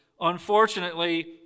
Unfortunately